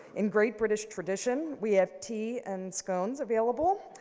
in great british tradition, we have tea and scones available.